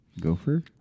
Gopher